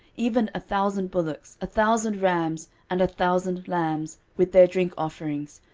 even a thousand bullocks, a thousand rams, and a thousand lambs, with their drink offerings,